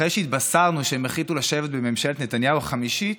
אחרי שהתבשרנו שהם החליטו לשבת בממשלת נתניהו החמישית,